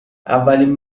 اولین